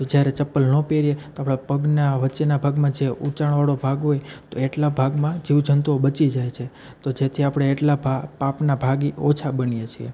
તો જ્યારે ચંપલ ન પહેરીએ તો આપણા પગના વચ્ચેના ભાગમાં જે ઊંચાઈ વાળો ભાગ હોય તો એટલા ભાગમાં જીવજંતુઓ બચી જાય છે તો જેથી આપણે એટલા ભા પાપના ભાગીદાર ઓછા બનીએ છીએ